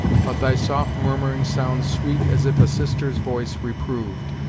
but thy soft murmuring sounds sweet as if a sister's voice reproved,